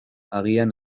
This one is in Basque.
agian